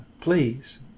Please